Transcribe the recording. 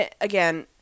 again